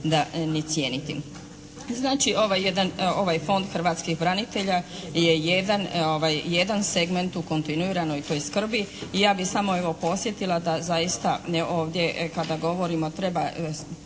da ni cijeniti. Znači ovaj jedan, ovaj Fond hrvatskih branitelja je jedan segment u kontinuiranoj toj skrbi i ja bih samo evo podsjetila da zaista ne ovdje kada govorimo treba